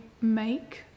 make